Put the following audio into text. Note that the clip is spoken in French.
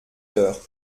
heures